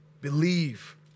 believe